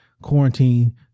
Quarantine